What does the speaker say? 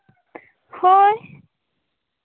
ᱦᱳᱭ